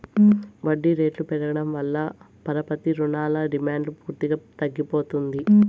వడ్డీ రేట్లు పెరగడం వల్ల పరపతి రుణాల డిమాండ్ పూర్తిగా తగ్గిపోతుంది